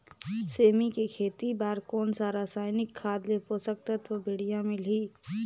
सेमी के खेती बार कोन सा रसायनिक खाद ले पोषक तत्व बढ़िया मिलही?